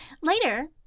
Later